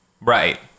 Right